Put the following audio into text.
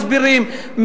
מסבירים,